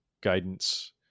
guidance